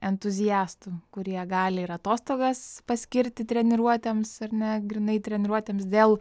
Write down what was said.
entuziastų kurie gali ir atostogas paskirti treniruotėms ar ne grynai treniruotėms dėl